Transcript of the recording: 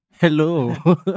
Hello